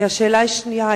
השאלה השנייה,